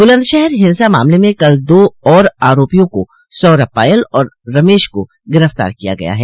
बुलंदशहर हिंसा मामले में कल दो और आरोपियों सौरभ पायल और रमेश को गिरफ्तार किया गया है